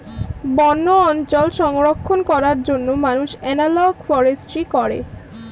বন্য অঞ্চল সংরক্ষণ করার জন্য মানুষ এনালগ ফরেস্ট্রি করে